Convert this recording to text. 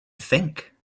think